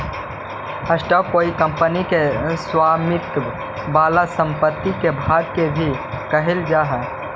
stock कोई company के स्वामित्व वाला संपत्ति के भाग के भी कहल जा हई